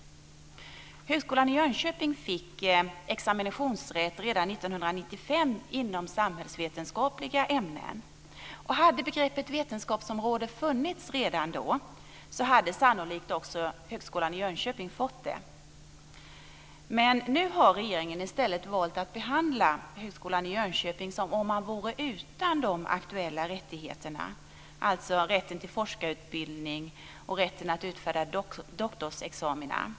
Högskolan i Jönköping fick examinationsrätt redan 1995 inom samhällsvetenskapliga ämnen. Hade begreppet vetenskapsområde funnits redan då hade sannolikt också Högskolan i Jönköping fått det. Nu har regeringen i stället valt att behandla Högskolan i Jönköping som om man vore utan de aktuella rättigheterna, alltså rätten till forskarutbildning och rätten att utfärda doktorsexamina.